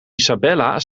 isabella